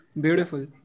beautiful